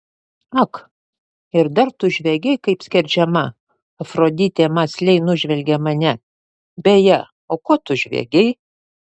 ak ir dar tu žviegei kaip skerdžiama afroditė mąsliai nužvelgė mane beje o ko tu žviegei